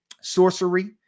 sorcery